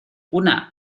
una